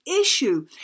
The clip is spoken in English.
issue